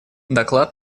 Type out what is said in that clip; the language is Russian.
доклад